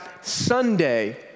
Sunday